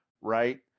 right